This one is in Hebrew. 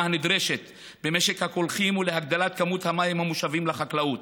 הנדרשת במשק הקולחים ולהגדלת כמות המים המושבים לחקלאות.